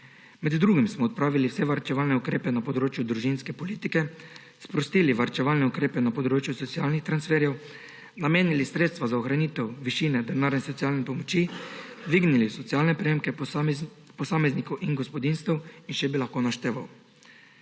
Med drugim smo odpravili vse varčevalne ukrepe na področju družinske politike, sprostili varčevalne ukrepe na področju socialnih transferjev, namenili sredstva za ohranitev višine denarne socialne pomoči, dvignili socialne prejemke posameznikov in gospodinjstev in še bi lahko naštevali.